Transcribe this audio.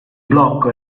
blocco